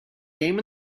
game